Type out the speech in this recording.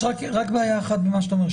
יש רק בעיה אחת במה שאתה אומר,